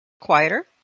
quieter